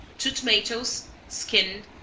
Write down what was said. two tomatoes, skinned,